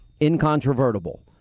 incontrovertible